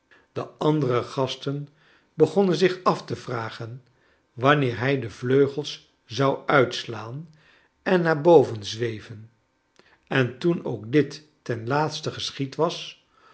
de andere gasten begonnen zich af te vragen wanneer hij de vleugels zou uitslaan en naar boven zweven en toen ook dit ten laatste geschied was